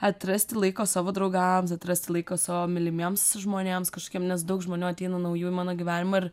atrasti laiko savo draugams atrasti laiko savo mylimiems žmonėms kažokiem nes daug žmonių ateina naujų į mano gyvenimą ir